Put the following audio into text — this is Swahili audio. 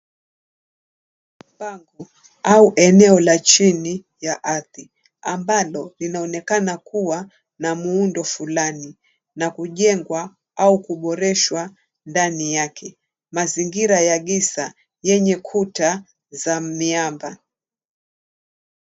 Pango au eneo la chini ya ardhi ambalo linaonekana kuwa na muundo fulani na kujengwa au kuboreshwa ndani yake. Mazingira ya gisa yenye kuta za miamba.